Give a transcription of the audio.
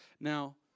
Now